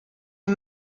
est